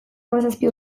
hamazazpi